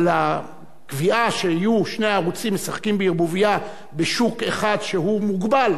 אבל הקביעה שיהיו שני ערוצים משחקים בערבוביה בשוק אחד שהוא מוגבל,